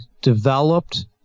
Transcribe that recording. developed